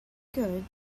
good